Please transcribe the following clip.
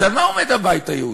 אז על מה עומד הבית היהודי,